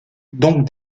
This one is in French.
donc